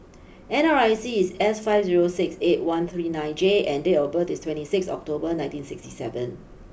N R I C is S five zero six eight one three nine J and date of birth is twenty six October nineteen sixty seven